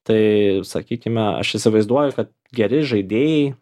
tai sakykime aš įsivaizduoju kad geri žaidėjai